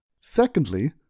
Secondly